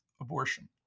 abortion